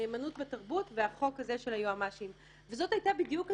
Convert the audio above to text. הנאמנות בתרבות והחוק הזה של היועמ"שים; וזאת היתה בדיוק הדוגמה,